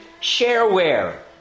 Shareware